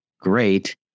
great